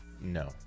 No